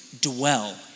dwell